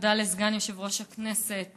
תודה לסגן יושב-ראש הכנסת,